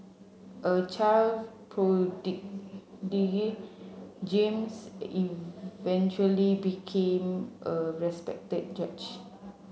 a child prodigy James eventually became a respected judge